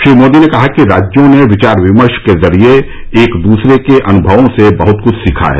श्री मोदी ने कहा कि राज्यों ने विचार विमर्श के जरिये एक दूसरे के अनुभवों से बहुत कुछ सीखा है